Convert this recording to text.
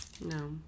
No